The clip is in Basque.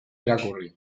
irakurri